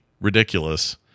ridiculous